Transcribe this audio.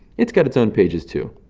it's got its own pages, too.